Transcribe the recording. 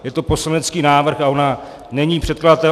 Je to poslanecký návrh a ona není předkladatel.